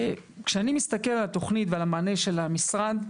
כשאני מסתכל על התוכנית ועל המענה של המשרד,